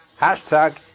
Hashtag